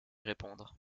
répondre